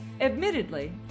admittedly